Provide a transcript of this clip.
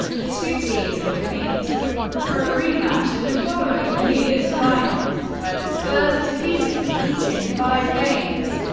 the two teams would meet for a rematch in the following year's finals, where the spurs defeated the heat in five games.